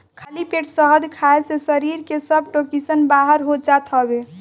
खाली पेट शहद खाए से शरीर के सब टोक्सिन बाहर हो जात हवे